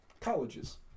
Colleges